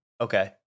Okay